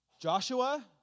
Joshua